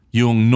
yung